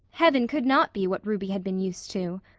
heaven could not be what ruby had been used to.